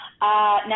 Now